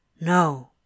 No